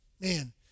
Man